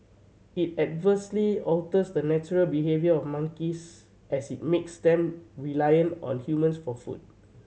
it adversely alters the natural behaviour of monkeys as it makes them reliant on humans for food